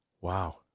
Wow